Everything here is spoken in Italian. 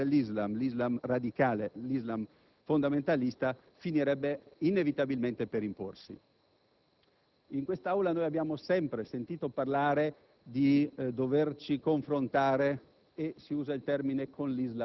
che questo fenomeno, l'Islam fondamentalista, riesca a dare un timbro e probabilmente persuadere, anche le formazioni non estremiste, o con